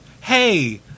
Hey